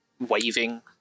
Waving